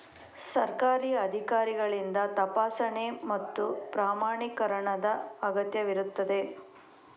ಸರ್ಕಾರಿ ಅಧಿಕಾರಿಗಳಿಂದ ತಪಾಸಣೆ ಮತ್ತು ಪ್ರಮಾಣೀಕರಣದ ಅಗತ್ಯವಿರುತ್ತದೆ